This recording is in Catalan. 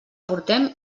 portem